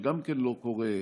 שגם כן לא קורה,